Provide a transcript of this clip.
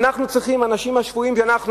האנשים השפויים זה אנחנו,